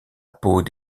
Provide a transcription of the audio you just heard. peau